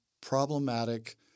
problematic